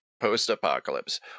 post-apocalypse